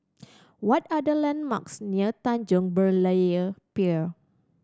what are the landmarks near Tanjong Berlayer Pier